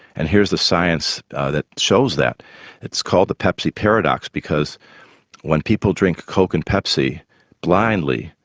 and here's the science that shows that it's called the pepsi paradox because when people drink coke and pepsi blindly,